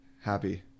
happy